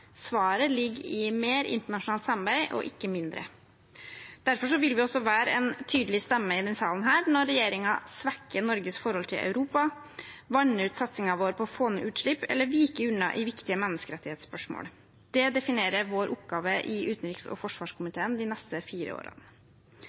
Svaret ligger i mer internasjonalt samarbeid, ikke mindre. Derfor vil vi være en tydelig stemme i denne salen når regjeringen svekker Norges forhold til Europa, vanner ut satsingen vår på å få ned utslipp eller viker unna i viktige menneskerettighetsspørsmål. Det definerer oppgaven vår i utenriks- og